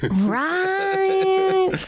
Right